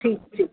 ठीकु ठीकु